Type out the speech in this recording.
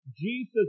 Jesus